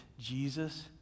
Jesus